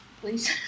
please